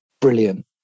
Brilliant